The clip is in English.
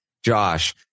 Josh